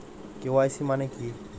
KYC মানে কী?